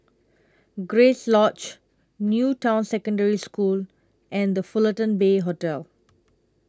Grace Lodge New Town Secondary School and The Fullerton Bay Hotel